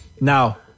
Now